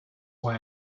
why